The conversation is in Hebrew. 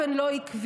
באופן לא עקבי,